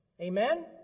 Amen